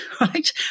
right